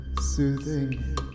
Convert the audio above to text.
Soothing